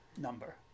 number